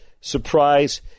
surprise